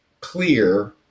clear